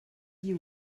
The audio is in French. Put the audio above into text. dit